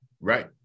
Right